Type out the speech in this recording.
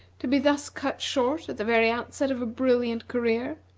to be thus cut short at the very outset of a brilliant career.